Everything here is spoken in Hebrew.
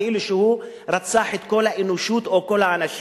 כאילו שהוא רצח את כל האנושות או כל האנשים,